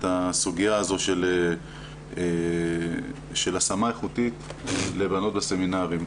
הסוגיה הזו של השמה איכותית לבנות בסמינרים.